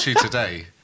today